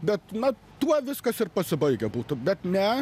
bet na tuo viskas ir pasibaigę būtų bet ne